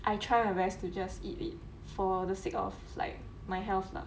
I try my best to just eat it for the sake of like my health lah